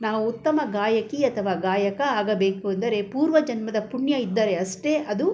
ನಾವು ಉತ್ತಮ ಗಾಯಕಿ ಅಥವಾ ಗಾಯಕ ಆಗಬೇಕು ಎಂದರೆ ಪೂರ್ವ ಜನ್ಮದ ಪುಣ್ಯ ಇದ್ದರೆ ಅಷ್ಟೇ ಅದು